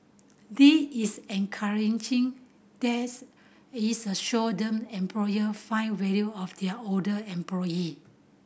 this is encouraging that's it's a show them employer find value of their older employee